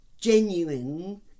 genuine